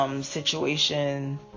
situation